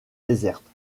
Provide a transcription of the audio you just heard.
déserte